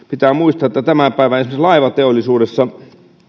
pitää muistaa että esimerkiksi tämän päivän laivateollisuudessa